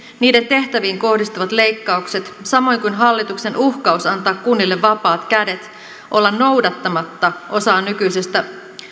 niiden tehtäviin kohdistuvat leikkaukset samoin kuin hallituksen uhkaus antaa kunnille vapaat kädet olla noudattamatta osaa nykyisestä